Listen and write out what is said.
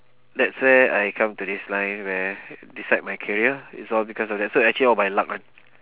that's where I come to this line where decide my career is all because of that so actually all by luck [one]